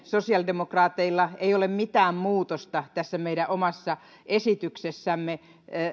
sosiaalidemokraateilla ei ole mitään muutosta tässä meidän omassa esityksessämme